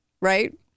right